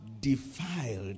Defiled